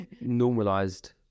Normalized